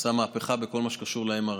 עשה מהפכה בכל מה שקשור ל-MRI.